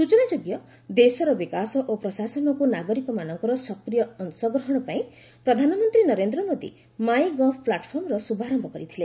ସୂଚନାଯୋଗ୍ୟ ଦେଶର ବିକାଶ ଓ ପ୍ରଶାସନକୁ ନାଗରିକମାନଙ୍କର ସକ୍ରିୟ ଅଂଶଗ୍ରହଣ ପାଇଁ ପ୍ରଧାନମନ୍ତ୍ରୀ ନରେନ୍ଦ୍ର ମୋଦି ମାଇଁଗଭ୍ ପ୍ଲାଟ୍ଫର୍ମର ଶୁଭାରୟ କରିଥିଲେ